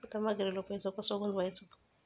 जमा केलेलो पैसो खय गुंतवायचो?